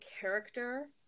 character